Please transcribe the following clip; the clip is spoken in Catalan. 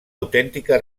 autèntica